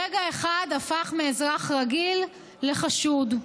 ברגע אחד הפך מאזרח רגיל לחשוד,